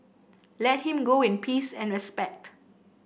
let him go in peace and respect